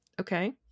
Okay